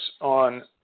on